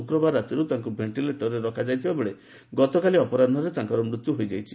ଶୁକ୍ରବାର ରାତିର୍ ତାଙ୍କ ଭେଷ୍ଟିଲେଟ୍ର୍ରେ ରଖାଯାଇଥିବାବେଳେ ଗତକାଲି ଅପରାହୁରେ ତାଙ୍କର ମୃତ୍ୟୁ ହୋଇଯାଇଛି